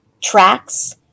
tracks